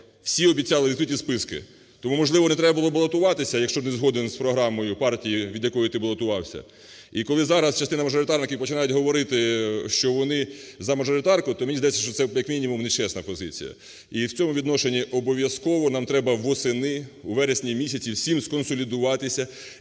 всі обіцяли відкриті списки. Тому можливо не треба було балотуватися, якщо не згоден з програмою партії, від якої ти балотувався. І коли зараз частина мажоритарників починають говорити, що вони за мажоритарку, то, мені здається, що це як мінімум нечесна позиція. І в цьому відношенні обов'язково нам треба восени, у вересні місяці, всім сконсолідуватися